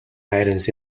items